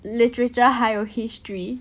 literature 还有 history